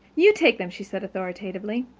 you take them, she said authoritatively.